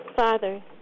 Father